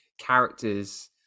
characters